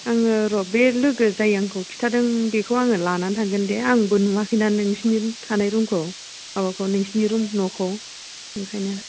आङो र' बे लोगो जाय आंखौ खिथादों बेखौ आंङो लानानै थांगोन दे आंबो नुआखैना नोंसिनि थानाय रुमखौ माबाखौ नोंसिनि न'खौ ओंखायनो